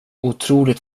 otroligt